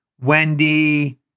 Wendy